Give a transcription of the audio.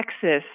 Texas